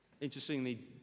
Interestingly